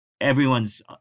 Everyone's